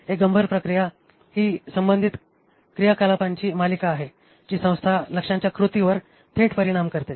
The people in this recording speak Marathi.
एक गंभीर प्रक्रिया ही संबंधित क्रियाकलापांची मालिका आहे जी संस्था लक्ष्यांच्या कृतीवर थेट परिणाम करते